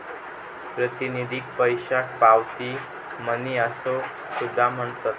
प्रातिनिधिक पैशाक पावती मनी असो सुद्धा म्हणतत